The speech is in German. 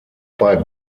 bei